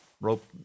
rope